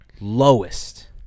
lowest